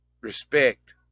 respect